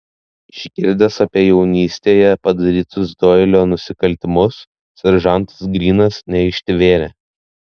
išgirdęs apie jaunystėje padarytus doilio nusikaltimus seržantas grynas neištvėrė